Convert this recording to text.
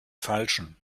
falschen